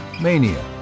mania